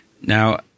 now